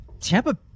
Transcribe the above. Tampa